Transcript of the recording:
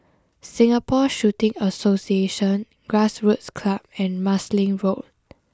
Singapore Shooting Association Grassroots Club and Marsiling Road